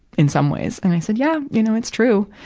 in some ways. and i said, yeah. you know, it's true.